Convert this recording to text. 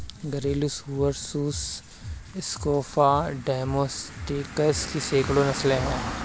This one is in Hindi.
घरेलू सुअर सुस स्क्रोफा डोमेस्टिकस की सैकड़ों नस्लें हैं